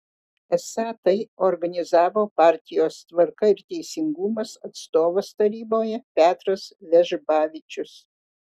esą tai organizavo partijos tvarka ir teisingumas atstovas taryboje petras vežbavičius